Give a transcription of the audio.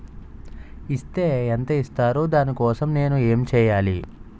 Is తే ఎంత ఇస్తారు దాని కోసం నేను ఎంచ్యేయాలి?